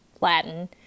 Latin